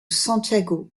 santiago